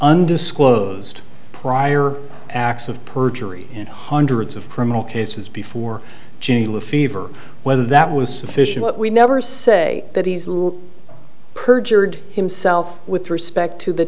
undisclosed prior acts of perjury in hundreds of criminal cases before june fever whether that was sufficient but we never say that he's a little perjured himself with respect to the